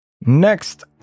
Next